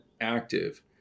active